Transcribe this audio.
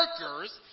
workers